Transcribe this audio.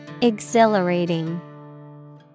Exhilarating